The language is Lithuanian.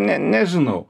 ne nežinau